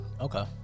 Okay